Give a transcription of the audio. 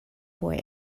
boy